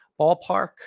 Ballpark